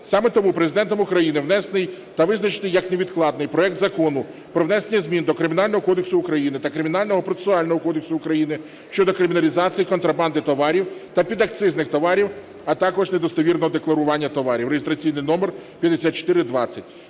Саме тому Президентом України внесений та визначений як невідкладний проект Закону про внесення змін до Кримінального кодексу України та Кримінального процесуального кодексу України щодо криміналізації контрабанди товарів та підакцизних товарів, а також недостовірного декларування товарів (реєстраційний номер 5420),